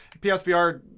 psvr